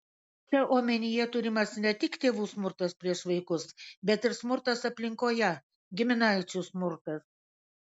čia omenyje turimas ne tik tėvų smurtas prieš vaikus bet ir smurtas aplinkoje giminaičių smurtas